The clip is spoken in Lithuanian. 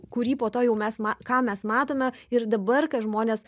kurį po to jau mes ma ką mes matome ir dabar ką žmonės